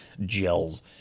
gels